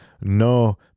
No